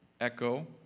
echo